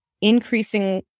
increasing